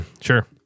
Sure